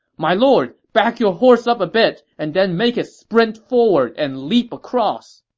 my lord, back your horse up a bit, and then make it sprint forward and leap across!